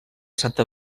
santa